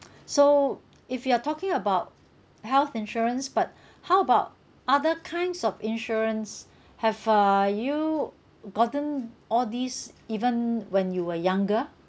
so if you are talking about health insurance but how about other kinds of insurance have uh you gotten all these even when you were younger